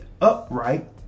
upright